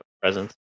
presence